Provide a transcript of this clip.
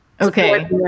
Okay